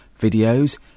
videos